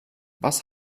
was